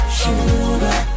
sugar